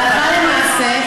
הלכה למעשה,